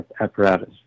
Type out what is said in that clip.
apparatus